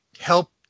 help